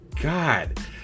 God